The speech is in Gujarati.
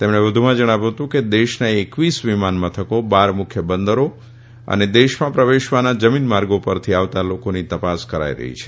તેમણે વધુમાં જણાવ્યું હતું કે દેશના એકવીસ વિમાન મથકો બાર મુખ્ય બંદરો અને દેશમાં પ્રવેશવાના જમીન માર્ગો પરથી આવતાં લોકોની તપાસ કરાઇ રહી છે